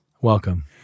welcome